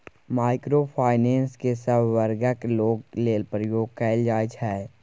micro finance केँ सब बर्गक लोक लेल प्रयोग कएल जाइ छै